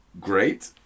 great